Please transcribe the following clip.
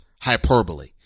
hyperbole